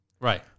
Right